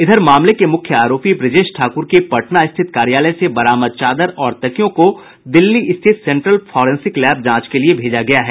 इधर मामले के मुख्य आरोपी ब्रजेश ठाकूर के पटना स्थित कार्यालय से बरामद चादर और तकियों को दिल्ली स्थित सेंट्रल फॉरेंसिक लैब जांच के लिए भेजा गया है